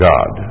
God